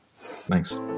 Thanks